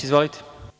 Izvolite.